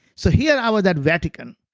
so here i was at vatican.